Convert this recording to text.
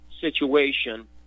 situation